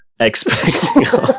expecting